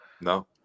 No